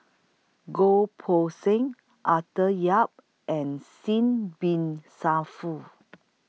Goh Poh Seng Arthur Yap and Singh Bin